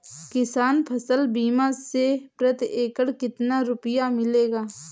किसान फसल बीमा से प्रति एकड़ कितना रुपया मिलेगा?